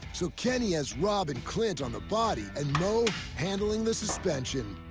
so, kenny has rob and clint on the body, and moe handling the suspension.